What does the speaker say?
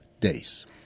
days